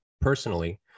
personally